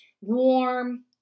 warm